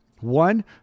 One